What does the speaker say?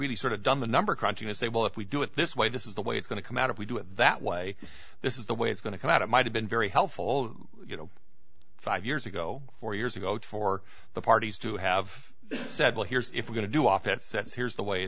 really sort of done the number crunching as they will if we do it this way this is the way it's going to come out if we do it that way this is the way it's going to come out it might have been very helpful you know five years ago four years ago for the parties to have said well here's if we're going to do off it sets here's the way